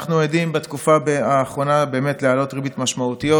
אנחנו עדים בתקופה האחרונה להעלאות ריבית משמעותיות,